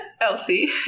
Elsie